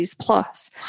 Plus